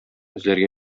эзләргә